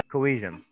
Cohesion